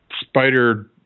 spider